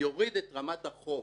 הוא יוריד את רמת החוב